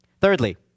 Thirdly